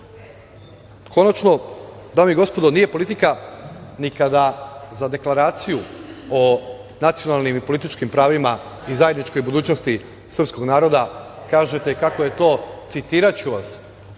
godine. Konačno, dame i gospodo, nije politika ni kada za Deklaraciju o nacionalnim i političkim pravima i zajedničkoj budućnosti srpskog naroda kažete kako je to, citriraću vas,